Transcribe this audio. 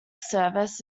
service